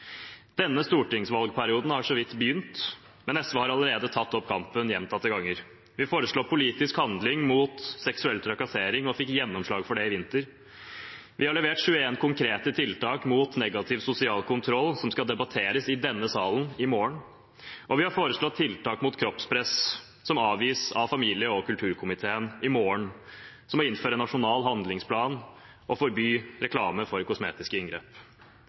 Denne stortingsvalgperioden har så vidt begynt, men SV har allerede tatt opp kampen gjentatte ganger. Vi foreslo politisk handling mot seksuell trakassering og fikk gjennomslag for det i vinter, vi har levert 21 konkrete tiltak mot negativ sosial kontroll som skal debatteres i denne salen i morgen, og vi har foreslått tiltak mot kroppspress i en innstilling som avgis av familie- og kulturkomiteen i morgen, som å innføre en nasjonal handlingsplan og forby reklame for kosmetiske inngrep.